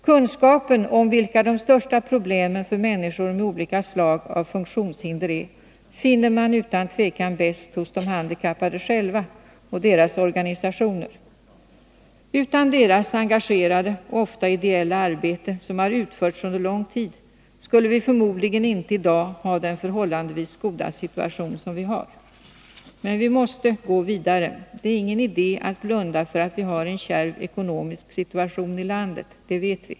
Kunskapen om vilka de största problemen för människor med olika slag av funktionshinder är finner man utan tvekan bäst hos de handikappade själva och deras organisationer. Utan deras engagerade och ofta ideella arbete, som har utförts under lång tid, skulle vi förmodligen inte i dag ha den förhållandevis goda situation som vi har. Men vi måste gå vidare. Det är ingen idé att blunda för att vi har en kärv ekonomisk situation i landet — det vet vi.